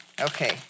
Okay